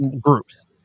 groups